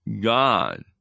God